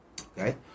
Okay